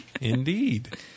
Indeed